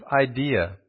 idea